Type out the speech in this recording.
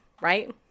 right